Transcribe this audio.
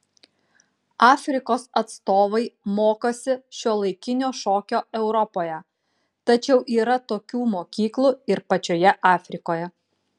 afrikos atstovai mokosi šiuolaikinio šokio europoje tačiau yra tokių mokyklų ir pačioje afrikoje